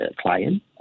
client